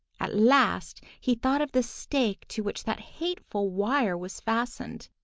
at last he thought of the stake to which that hateful wire was fastened.